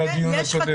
למדתי בדיון הקודם.